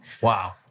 Wow